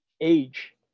age